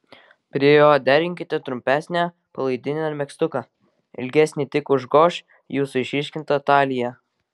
prie jo derinkite trumpesnę palaidinę ar megztuką ilgesni tik užgoš jūsų išryškintą taliją